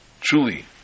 truly